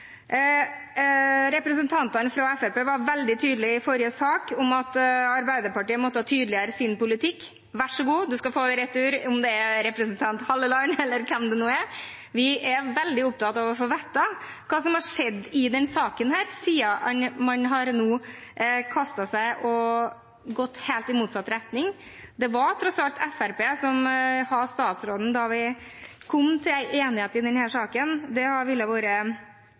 Representantene fra Fremskrittspartiet var i forrige sak veldig tydelige på at Arbeiderpartiet måtte tydeliggjøre sin politikk. Vær så god – de skal få det i retur, om det er representanten Halleland eller hvem det nå er: Vi er veldig opptatt av å få vite hva som har skjedd i denne saken, siden man nå har kastet seg rundt og gått helt i motsatt retning. Det var tross alt Fremskrittspartiet som hadde statsråden da vi kom til enighet i denne saken. Det ville vært